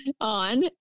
on